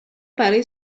برای